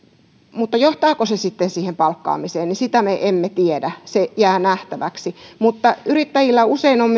mutta johtaako se sitten siihen palkkaamiseen sitä me emme tiedä se jää nähtäväksi mutta yrittäjillä usein on